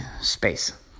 space